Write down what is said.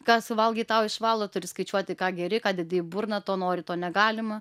ką suvalgai tau išvalo turi skaičiuoti ką geri ką dedi į burną to nori to negalima